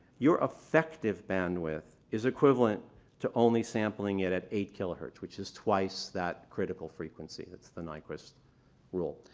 your affective bandwidth is equivalent to only sampling it at eight kilohertz, which is twice that critical frequency, it's the nyquist rule.